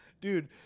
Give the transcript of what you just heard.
dude